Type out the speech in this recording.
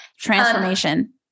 transformation